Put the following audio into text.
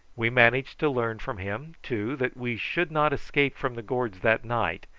we managed to learn from him, too, that we should not escape from the gorge that night,